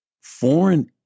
Foreign